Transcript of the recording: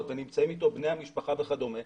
ונמצאים עם החולה בני המשפחה וכדומה,